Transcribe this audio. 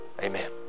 Amen